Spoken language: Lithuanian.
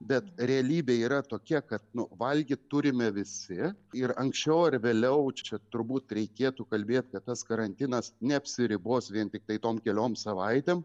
bet realybė yra tokia kad nu valgyt turime visi ir anksčiau ar vėliau čia turbūt reikėtų kalbėti kad tas karantinas neapsiribos vien tiktai tom keliom savaitėm